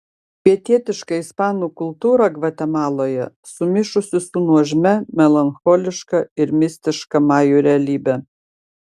pietietiška ispanų kultūra gvatemaloje sumišusi su nuožmia melancholiška ir mistiška majų realybe